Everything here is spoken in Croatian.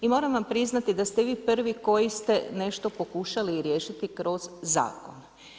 I moram vam priznati da ste vi prvi koji ste nešto pokušali riješiti kroz zakon.